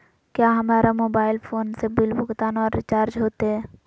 क्या हमारा mobile phone से बिल भुगतान और रिचार्ज होते?